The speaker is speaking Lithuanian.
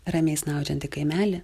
ramiai snaudžiantį kaimelį